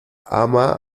ama